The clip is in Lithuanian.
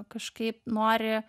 kažkaip nori